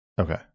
okay